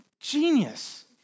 Genius